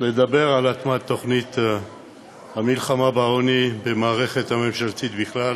לדבר על הטמעת תוכנית המלחמה בעוני במערכת הממשלתית בכלל